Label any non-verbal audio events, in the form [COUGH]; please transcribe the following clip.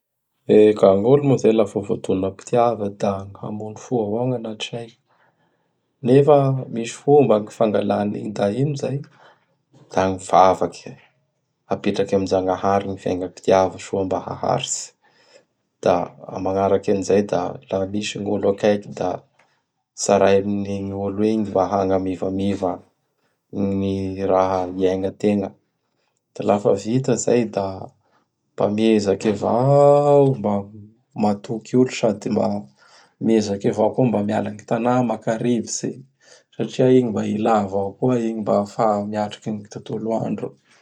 Eka! Gny olo moa izay lafa voadonam-pitiava da gny hamono fo avao gn anaty sainy. Nefa misy fomba gny fangalà anigny da ino izay? Da gny vavaky. Apetraky amin-Jagnahary gny fiaignam-pitiava soa mba haharitsy. [NOISE] Da magnaraky an'izay da laha misy gny olo akaiky da tsaray amin'igny olo igny mba hagnamivamiva [NOISE] gny raha [NOISE] iaignategna. Da lafa vita izay da mba [NOISE] miezaky avao mba matoky olo sady mba miezaky avao koa mba miala gny tana maka rivotsy satria igny mba ilà avao koa igny mba ahafà miatriky gny tontolo andro. [NOISE]